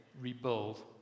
rebuild